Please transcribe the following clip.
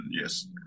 yes